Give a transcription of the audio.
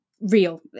real